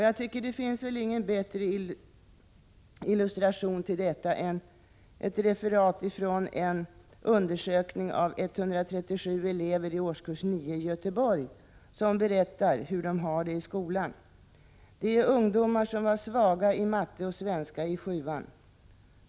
Jag tycker att det inte finns någon bättre illustration till detta än ett referat ifrån en undersökning av 137 elever i årskurs 9 i Göteborg, som berättar hur de har det i skolan: ”Det är ungdomar som var svaga i matte och svenska i sjuan.